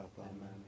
Amen